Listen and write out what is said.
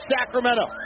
Sacramento